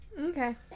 Okay